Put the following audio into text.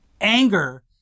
anger